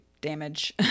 damage